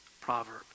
proverb